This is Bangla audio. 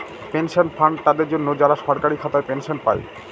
পেনশন ফান্ড তাদের জন্য, যারা সরকারি খাতায় পেনশন পায়